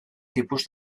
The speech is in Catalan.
tipus